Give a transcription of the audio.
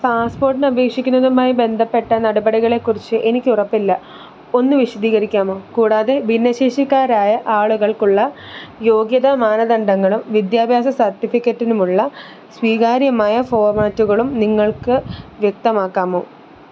പാസ്പോർട്ടിന് അപേക്ഷിക്കുന്നതുമായി ബന്ധപ്പെട്ട നടപടികളെക്കുറിച്ച് എനിക്ക് ഉറപ്പില്ല ഒന്ന് വിശദീകരിക്കാമോ കൂടാതെ ഭിന്നശേഷിക്കാരായ ആളുകൾക്കുള്ള യോഗ്യതാ മാനദണ്ഡങ്ങളും വിദ്യാഭ്യാസ സർട്ടിഫിക്കറ്റിനുമുള്ള സ്വീകാര്യമായ ഫോർമാറ്റുകളും നിങ്ങൾക്ക് വ്യക്തമാക്കാമോ